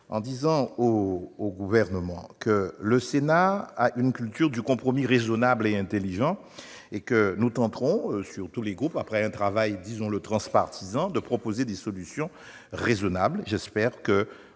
en disant au Gouvernement que le Sénat a une culture du compromis raisonnable et intelligent. Nous tenterons, après un travail transpartisan, de proposer des solutions raisonnables. J'espère,